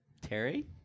Terry